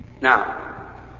Now